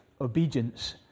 obedience